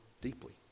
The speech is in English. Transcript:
deeply